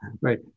Right